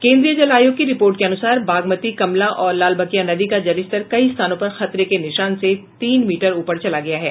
केन्द्रीय जल आयोग की रिपोर्ट के अनुसार बागमती कमला और लालबकिया नदी का जलस्तर कई स्थानों पर खतरे के निशान से तीन मीटर ऊपर चला गया है